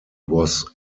was